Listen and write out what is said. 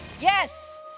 Yes